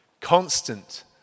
constant